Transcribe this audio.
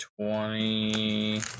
twenty